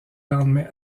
lendemain